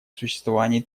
существовании